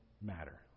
matter